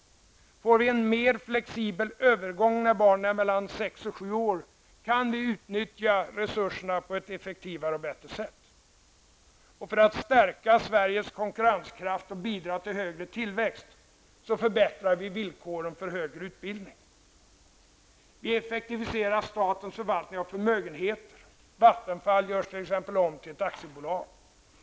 Får vi en mer flexibel övergång när barnen är mellan sex och sju år, kan vi utnyttja resurserna på ett effektivare och bättre sätt. För att stärka den svenska konkurrenskraften och bidra till högre tillväxt förbättrar vi villkoren för högre utbildning. Vi effektiviserar statens förvaltning av förmögenheter. Vattenfall t.ex. görs om till ett aktiebolag.